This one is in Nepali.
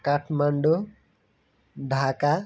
काठमाडौँ ढाका